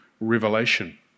revelation